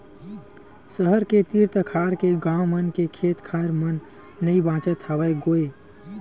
सहर के तीर तखार के गाँव मन के खेत खार मन नइ बाचत हवय गोय